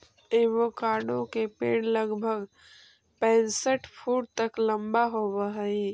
avocado के पेड़ लगभग पैंसठ फुट तक लंबा होब हई